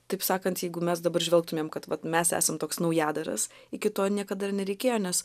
taip sakant jeigu mes dabar žvelgtumėm kad vat mes esam toks naujadaras iki to niekada ir nereikėjo nes